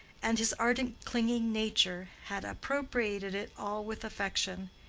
and his ardent clinging nature had appropriated it all with affection.